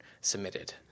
submitted